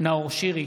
נאור שירי,